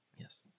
Yes